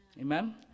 amen